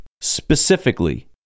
Specifically